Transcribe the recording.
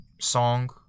song